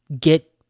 get